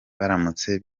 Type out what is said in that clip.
baramutse